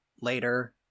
later